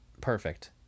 perfect